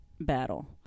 battle